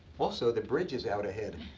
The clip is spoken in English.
also, the bridge is out ahead.